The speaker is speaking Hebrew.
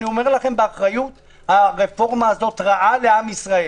אני אומר לכם באחריות - היא רעה לעם ישראל.